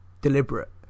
deliberate